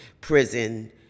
prison